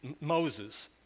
Moses